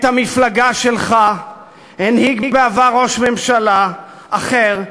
את המפלגה שלך הנהיג בעבר ראש ממשלה אחר,